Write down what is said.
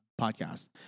podcast